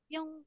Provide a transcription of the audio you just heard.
Yung